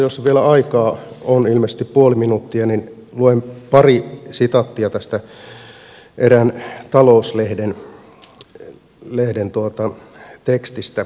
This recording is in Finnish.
jos on vielä aikaa on ilmeisesti puoli minuuttia niin luen pari sitaattia erään talouslehden tekstistä